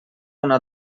una